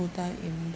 full time in